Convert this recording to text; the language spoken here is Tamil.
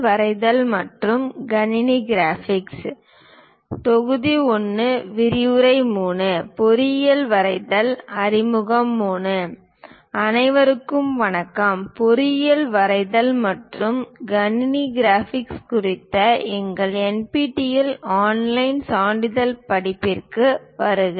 விரிவுரை 03 பொறியியல் வரைதல் அறிமுகம் III அனைவருக்கும் வணக்கம் பொறியியல் வரைதல் மற்றும் கணினி கிராபிக்ஸ் குறித்த எங்கள் NPTEL ஆன்லைன் சான்றிதழ் படிப்புகளுக்கு வருக